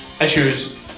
Issues